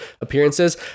appearances